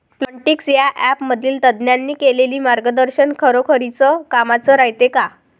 Plantix या ॲपमधील तज्ज्ञांनी केलेली मार्गदर्शन खरोखरीच कामाचं रायते का?